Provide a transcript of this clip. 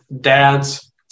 dads